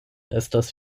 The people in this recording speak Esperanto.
estas